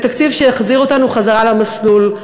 לתקציב שיחזיר אותנו למסלול.